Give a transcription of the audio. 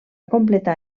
completar